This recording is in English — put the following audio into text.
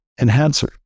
enhancer